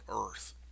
earth